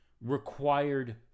required